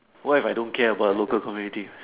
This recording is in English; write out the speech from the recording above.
what if I don't care about a local community